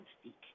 speak